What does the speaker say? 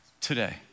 today